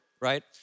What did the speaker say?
right